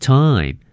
time